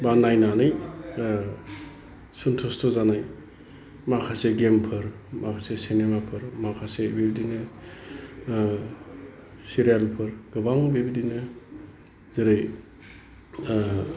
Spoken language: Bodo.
बा नायनानै सोनथुसथ' जानाय माखासे गेमफोर माखासे सिनेमाफोर माखासे बिबदिनो सिरियिलफोर गोबां बिबादिनो जेरै